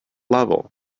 level